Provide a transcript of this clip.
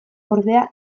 ordea